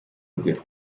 rwe